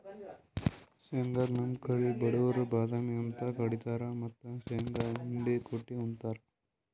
ಶೇಂಗಾಗ್ ನಮ್ ಕಡಿ ಬಡವ್ರ್ ಬಾದಾಮಿ ಅಂತ್ ಕರಿತಾರ್ ಮತ್ತ್ ಶೇಂಗಾ ಹಿಂಡಿ ಕುಟ್ಟ್ ಉಂತಾರ್